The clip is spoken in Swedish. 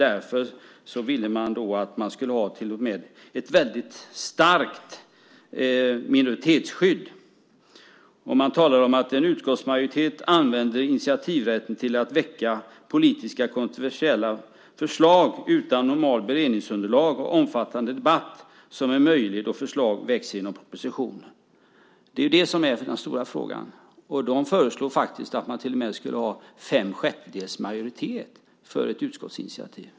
Därför ville de att man till och med skulle ha ett väldigt starkt minoritetsskydd. De talade om att en utskottsmajoritet använder initiativrätten till att väcka politiskt kontroversiella förslag utan normalt beredningsunderlag och omfattande debatt, som är en möjlighet när förslag väcks genom proposition. Det är den stora frågan. De föreslog faktiskt att man till och med skulle ha fem sjättedels majoritet för ett utskottsinitiativ.